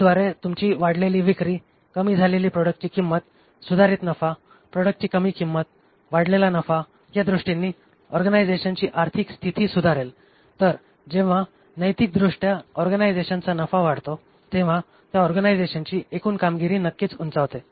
त्याद्वारे तुमची वाढलेली विक्री कमी झालेली प्रोडक्टची किंमत सुधारित नफा प्रोडक्टची कमी किंमत वाढलेला नफा या दृष्टींनी ऑर्गनायझेशची आर्थिक स्तिथी सुधारेल तर जेव्हा नैतिकदृष्ट्या ऑर्गनायझेशनचा नफा वाढतो तेव्हा त्या ऑर्गनायझेशनची एकूण कामगिरी नक्कीच उंचावते